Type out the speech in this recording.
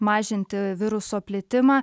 mažinti viruso plitimą